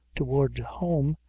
towards home,